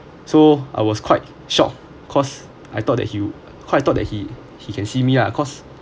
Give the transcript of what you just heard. so I was quite shocked because I thought that he'll cause I thought that he he can see me lah because